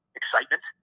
excitement